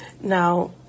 now